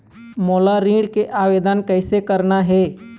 मोला ऋण के आवेदन कैसे करना हे?